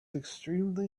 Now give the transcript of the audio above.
extremely